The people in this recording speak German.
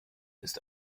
ist